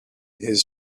his